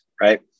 right